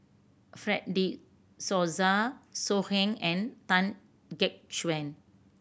Fred De Souza So Heng and Tan Gek Suan